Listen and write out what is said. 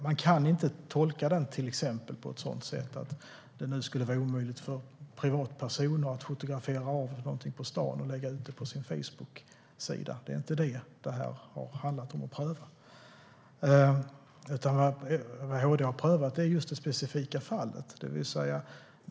Man kan inte tolka den till exempel så att det nu skulle vara omöjligt för privatpersoner att fotografera någonting på stan och lägga ut det på sin Facebooksida. Det är inte det prövningen har handlat om. Vad HD har prövat är just det specifika fallet.